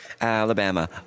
Alabama